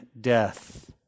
death